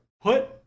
put